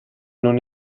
non